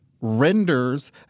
renders